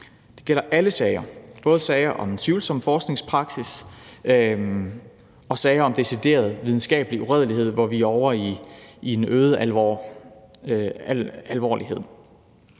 Det gælder alle sager, både sager om tvivlsom forskningspraksis og sager om decideret videnskabelig uredelighed, hvor vi er ovre i sager med